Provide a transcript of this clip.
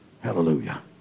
Hallelujah